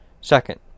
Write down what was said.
Second